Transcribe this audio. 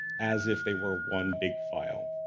as if they were one big file.